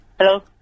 Hello